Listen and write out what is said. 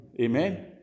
Amen